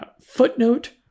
footnote